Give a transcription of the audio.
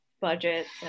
budgets